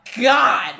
god